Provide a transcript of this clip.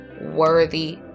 worthy